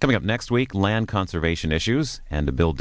coming up next week land conservation issues and a bill